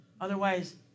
Otherwise